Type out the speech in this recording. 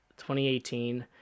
2018